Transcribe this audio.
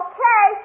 Okay